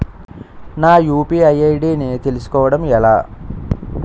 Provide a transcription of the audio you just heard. నా UPI ID ని తెలుసుకోవడం ఎలా?